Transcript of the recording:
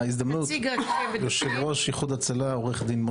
עורך דין משה טייטלבוים, יושב-ראש איחוד הצלה.